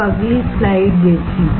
अब अगली स्लाइड देखें